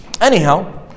Anyhow